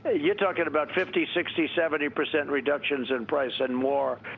you're talking about fifty, sixty, seventy percent reductions in price and more.